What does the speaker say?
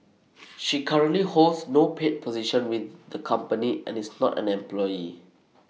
she currently holds no paid position with the company and is not an employee